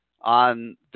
on